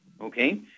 Okay